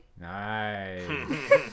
Nice